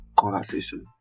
conversation